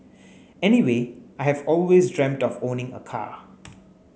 anyway I have always dreamt of owning a car